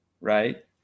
right